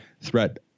threat